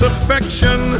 affection